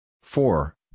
four